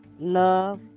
love